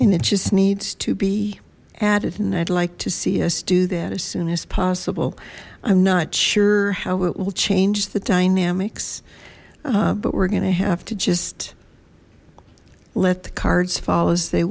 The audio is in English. and it just needs to be added and i'd like to see us do that as soon as possible i'm not sure how it will change the dynamics but we're gonna have to just let the cards fall as they